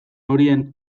horien